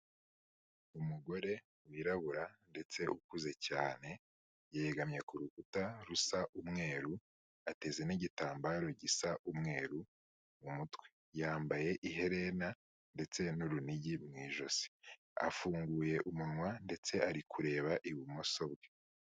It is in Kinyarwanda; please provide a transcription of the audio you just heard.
Umugore wirabura ndetse ukuze cyane, yegamye ku rukuta rusa umweru, ateze n'igitambaro gisa umweru mu mutwe. Yambaye iherena ndetse n'urunigi mu ijosi. Afunguye umunwa ndetse ari kureba ibumoso bwe.